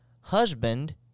husband